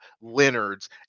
leonard's